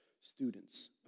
students